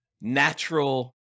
natural